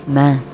man